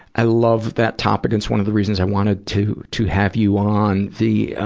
i love that topic. it's one of the reasons i wanted to, to have you on. the,